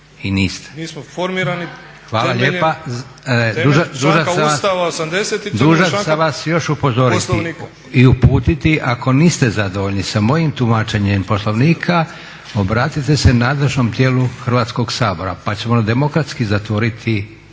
Ustava 80./… Dužan sam vas još upozoriti i uputiti ako niste zadovoljni sa mojim tumačenjem Poslovnika obratite se nadležnom tijelu Hrvatskog sabora pa ćemo demokratski zatvoriti